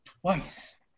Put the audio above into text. twice